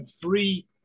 three